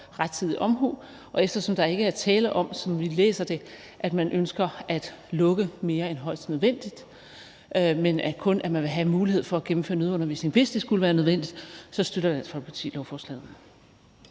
rettidig omhu, og eftersom der ikke er tale om, som vi læser det, at man ønsker at lukke mere end højst nødvendigt, men kun at man vil have mulighed for at gennemføre nødundervisning, hvis det skulle være nødvendigt, støtter Dansk Folkeparti lovforslaget.